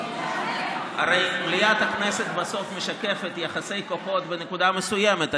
הרי מליאת הכנסת בסוף משקפת יחסי כוחות בנקודה מסוימת,